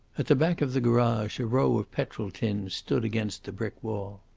at the back of the garage a row of petrol-tins stood against the brick wall.